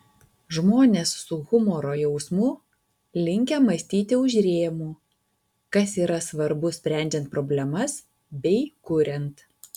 žmonės su humoro jausmu linkę mąstyti už rėmų kas yra svarbu sprendžiant problemas bei kuriant